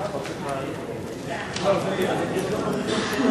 רבותי חברי הכנסת,